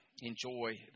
enjoy